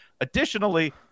additionally